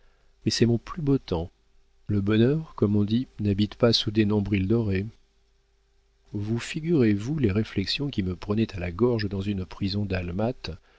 mais c'est mon plus beau temps le bonheur comme on dit n'habite pas sous des nombrils dorés vous figurez-vous les réflexions qui me prenaient à la gorge dans une prison dalmate jeté